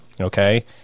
okay